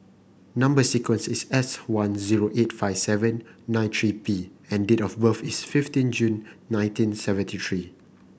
number sequence is S one zero eight five seven nine three P and date of birth is fifteen June nineteen seventy three